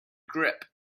grip